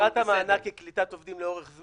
מטרת המענק היא קליטת עובדים לאורך זמן.